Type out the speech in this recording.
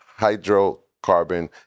hydrocarbon